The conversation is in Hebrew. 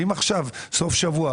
אם עכשיו סוף שבוע,